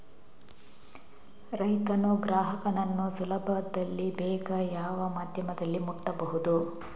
ರೈತನು ಗ್ರಾಹಕನನ್ನು ಸುಲಭದಲ್ಲಿ ಬೇಗ ಯಾವ ಮಾಧ್ಯಮದಲ್ಲಿ ಮುಟ್ಟಬಹುದು?